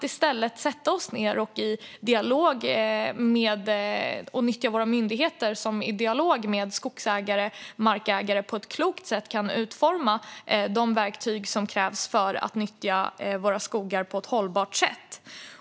I stället är den att nyttja våra myndigheter, som i dialog med skogsägare och markägare på ett klokt sätt kan utforma de verktyg som krävs för att nyttja våra skogar på ett hållbart sätt.